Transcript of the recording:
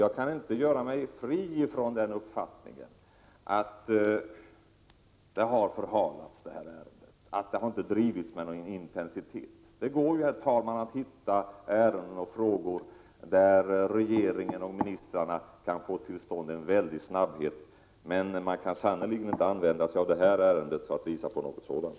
Jag kan inte göra mig fri ifrån uppfattningen att detta ärende har förhalats. Det har inte drivits med någon intensitet. Det går att hitta ärenden och frågor, herr talman, där regeringen och ministrarna kan få till stånd en väldig snabbhet. Men man kan sannerligen inte använda sig av detta ärende för att visa på något sådant.